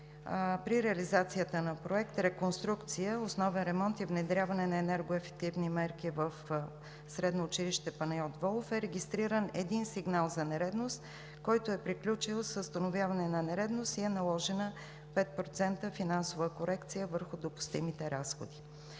при реализацията на Проект „Реконструкция, основен ремонт и внедряване на енергоефективни мерки в СОУ „Панайот Волов“ е регистриран един сигнал за нередност, който е приключил с установяване на нередност, и е наложена 5% финансова корекция върху допустимите разходи.